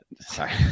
Sorry